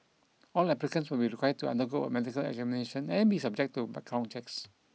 all applicants will be required to undergo a medical examination and be subject to background checks